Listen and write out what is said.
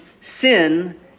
sin